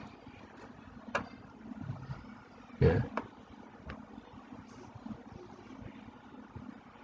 yeah